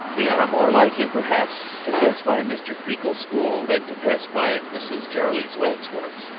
we are more likely perhaps, to pass by mr. creakle's school than to pass by mrs. jarley's wax-works.